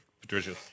Patricia